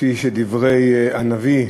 כפי שדיבר הנביא: